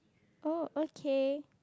oh okay